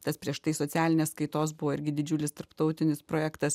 tas prieš tai socialinės kaitos buvo irgi didžiulis tarptautinis projektas